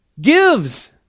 gives